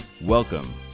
Welcome